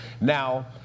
Now